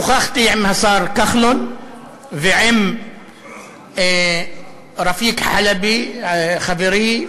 שוחחתי עם השר כחלון ועם רפיק חלבי חברי,